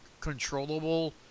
controllable